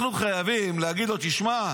אנחנו חייבים להגיד לו: תשמע,